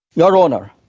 your honour,